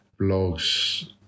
blogs